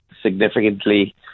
significantly